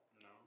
No